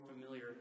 familiar